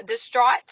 distraught